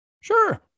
Sure